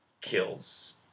kills